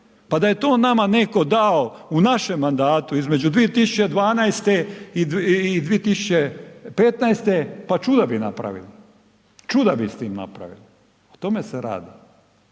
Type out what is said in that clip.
Pa da je to nama neko dao u našem mandatu između 2012. i 2015. pa čuda bi napravili, čuda bi s tim napravili. O tome se radi.